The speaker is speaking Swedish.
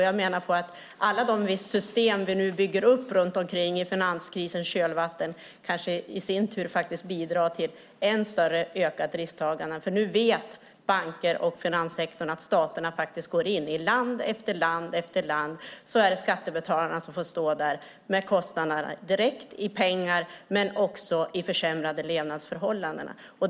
Jag menar alltså att alla system vi nu i finanskrisens kölvatten bygger upp runt omkring kanske i sin tur bidrar till ett ännu större risktagande, för nu vet banker och finanssektorn att staterna går in. I land efter land efter land är det skattebetalarna som får stå där med kostnaderna - direkt i pengar räknat men också i form av försämrade levnadsförhållanden.